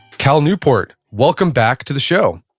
cal newport, welcome back to the show